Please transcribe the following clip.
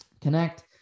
connect